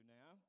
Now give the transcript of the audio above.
now